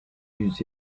yüz